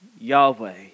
Yahweh